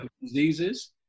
diseases